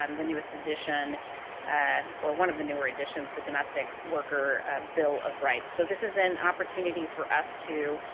um the newest addition or one of the newer additions, the um rustic worker bill of rights. so, this is in opportunity for us to